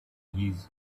his